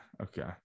okay